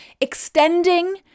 extending